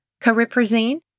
Cariprazine